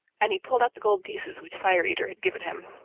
and he pulled out the gold pieces which fire eater had given him.